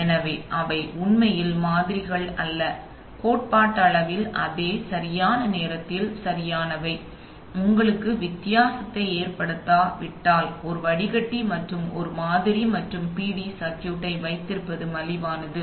எனவே அவை உண்மையில் மாதிரிகள் அல்ல கோட்பாட்டளவில் அதே சரியான நேரத்தில் சரியானவை அது உங்களுக்கு வித்தியாசத்தை ஏற்படுத்தாவிட்டால் ஒரு வடிகட்டி மற்றும் ஒரு மாதிரி மற்றும் பிடி சர்க்யூட்ஐ வைத்திருப்பது மலிவானது